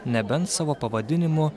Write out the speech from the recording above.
nebent savo pavadinimu